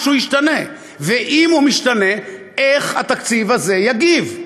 משהו ישתנה, ואם הוא משתנה, איך התקציב הזה יגיב?